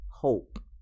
hope